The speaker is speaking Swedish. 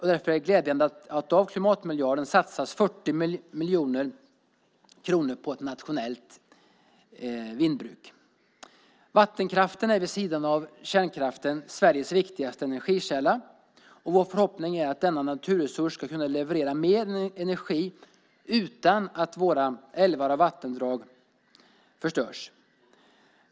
Därför är det glädjande att av klimatmiljarden satsas 40 miljoner kronor på ett nationellt vindbruk. Vattenkraften är vid sidan av kärnkraften Sveriges viktigaste energikälla. Vår förhoppning är att denna naturresurs ska kunna leverera mer energi utan att våra älvar och vattendrag förstörs.